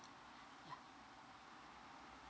yeah